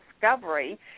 discovery